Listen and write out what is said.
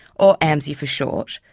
or amsi for short,